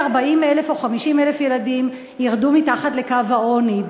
40,000 או 50,000 ילדים ירדו מתחת לקו העוני,